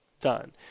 done